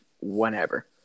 whenever